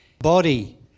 body